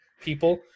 people